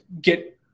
get